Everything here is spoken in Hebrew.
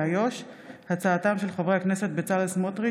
הורים יחידניים מובטלים,